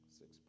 six